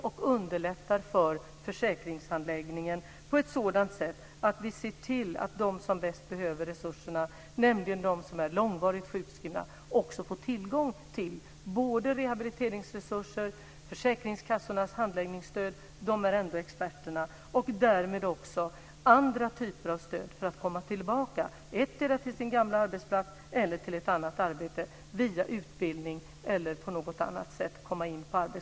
Det skulle underlätta försäkringshandläggningen på ett sådant sätt att de som bäst behöver resurserna, nämligen de som är långvarigt sjukskrivna, får tillgång till rehabiliteringsresurser och stöd från försäkringskassornas handläggare - de är ändå experter - och andra typer av stöd för att kunna komma in på arbetsmarknaden igen, endera till sin gamla arbetsplats eller till ett annat arbete, via utbildning eller på något annat sätt.